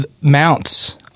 mounts